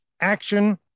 action